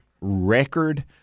record